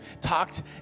talked